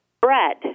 bread